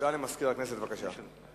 הודעה למזכיר הכנסת, בבקשה.